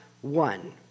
one